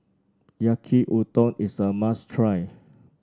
Yaki Udon is a must try